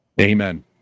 amen